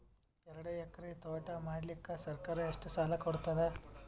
ಎರಡು ಎಕರಿ ತೋಟ ಮಾಡಲಿಕ್ಕ ಸರ್ಕಾರ ಎಷ್ಟ ಸಾಲ ಕೊಡತದ?